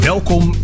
Welkom